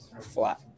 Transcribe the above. flat